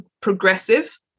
progressive